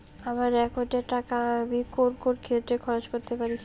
আমার একাউন্ট এর টাকা আমি কোন কোন ক্ষেত্রে খরচ করতে পারি?